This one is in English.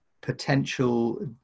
potential